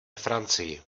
francii